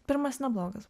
pirmas neblogas